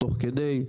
תוך כדי,